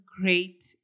great